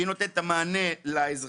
שהיא נותנת את המענה לאזרחים.